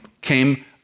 came